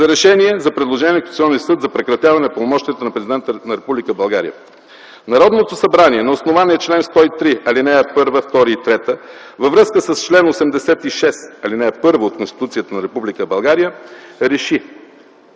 за „РЕШЕНИЕ за предложение до Конституционния съд за прекратяване на пълномощията на президента на Република България Народното събрание на основание чл. 103, ал. 1, 2 и 3 във връзка с чл. 86, ал. 1 от Конституцията на Република България реши: